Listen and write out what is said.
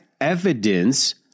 evidence